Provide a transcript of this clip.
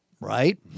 Right